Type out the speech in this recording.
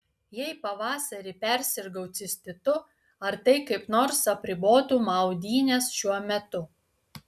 jei pavasarį persirgau cistitu ar tai kaip nors apribotų maudynes šiuo metu